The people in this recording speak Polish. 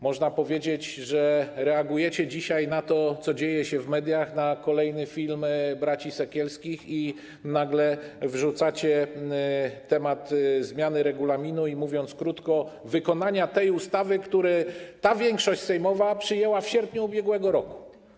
Można powiedzieć, że reagujecie dzisiaj na to, co dzieje się w mediach, na kolejny film braci Sekielskich i nagle wrzucacie temat zmiany regulaminu i, mówiąc krótko, wykonania tej ustawy, którą ta większość sejmowa przyjęła w sierpniu ub.r.